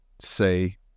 say